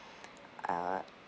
uh